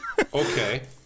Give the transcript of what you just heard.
okay